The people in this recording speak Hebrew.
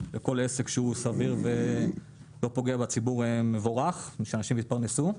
וכל עסק שהוא סביר ולא פוגע בציבור הוא מבורך ושאנשים יתפרנסו.